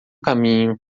caminho